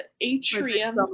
atrium